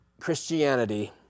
Christianity